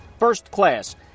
FIRSTCLASS